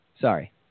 Sorry